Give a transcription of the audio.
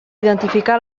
identificar